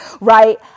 Right